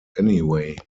anyway